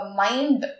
mind